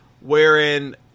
wherein